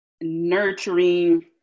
nurturing